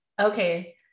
okay